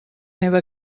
neva